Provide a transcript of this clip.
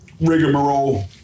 rigmarole